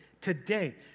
Today